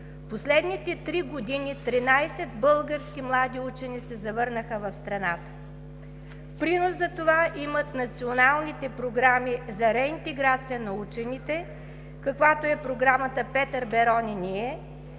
последните три години 13 български млади учени се завърнаха в страната. Принос за това имат националните програми за реинтеграция на учените, каквато е програмата „Петър Берон и НИЕ“,